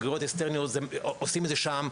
בגרויות אקסטרניות עושים שם,